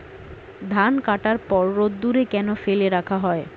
ধান কাটার পর রোদ্দুরে কেন ফেলে রাখা হয়?